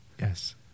yes